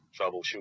troubleshoot